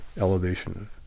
elevation